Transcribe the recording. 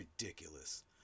ridiculous